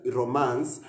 romance